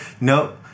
no